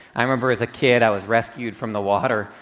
i remember as a kid i was rescued from the water.